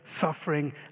Suffering